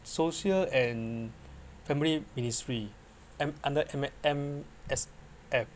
social and family ministry M under M M_S_F